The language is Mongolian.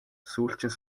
сүүлчийн